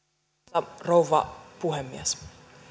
arvoisa rouva puhemies